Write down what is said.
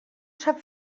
sap